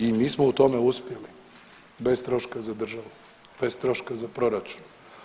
I mi smo u tome uspjeli bez troška za državu, bez troška za proračun.